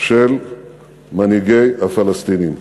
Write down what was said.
של מנהיגי הפלסטינים.